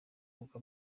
kuko